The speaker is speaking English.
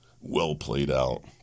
well-played-out